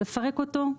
לפרק אותו,